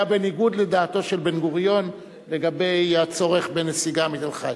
היה בניגוד לדעתו של בן-גוריון לגבי הצורך בנסיגה מתל-חי.